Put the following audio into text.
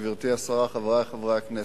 גברתי השרה, חברי חברי הכנסת.